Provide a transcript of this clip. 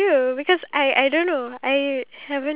okay in a world with powers